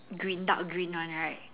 green dark green one right